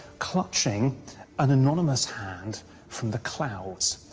clutching an anonymous hand from the clouds.